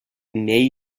may